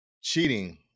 cheating